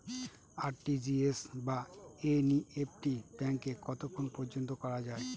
RTGS বা NEFT ব্যাংকে কতক্ষণ পর্যন্ত করা যায়?